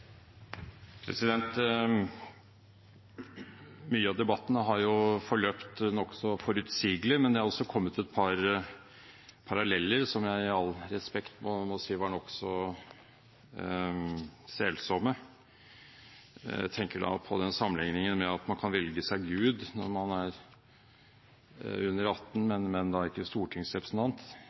har også kommet et par paralleller som jeg med all respekt må si var nokså selsomme. Jeg tenker på den sammenligningen at man kan velge gud når man er under 18, men ikke stortingsrepresentant. Hvis jeg bare i all vennskapelighet kan si at det er